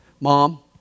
Mom